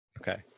Okay